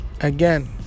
again